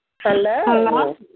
Hello